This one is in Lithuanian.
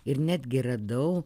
ir netgi radau